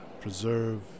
Preserve